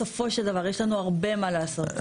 בסופו של דבר, יש לנו הרבה מה לעשות.